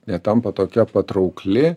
netampa tokia patraukli